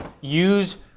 Use